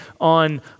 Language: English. on